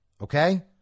Okay